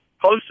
close